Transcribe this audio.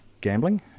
gambling